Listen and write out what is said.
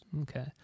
Okay